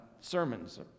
sermons